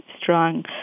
strong